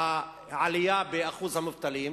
העלייה בשיעור המובטלים,